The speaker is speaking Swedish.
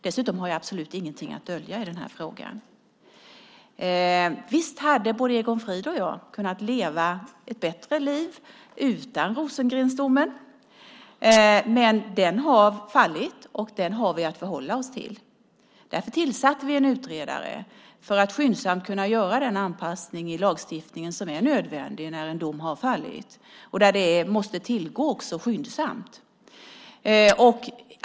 Dessutom har jag absolut ingenting att dölja i den här frågan. Visst hade både Egon Frid och jag kunnat leva ett bättre liv utan Rosengrensdomen, men den har fallit, och den har vi att förhålla oss till. Därför tillsatte vi en utredning för att skyndsamt kunna göra den anpassning i lagstiftningen som är nödvändig när en dom har fallit och när det måste tillgå skyndsamt.